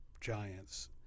giants